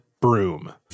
broom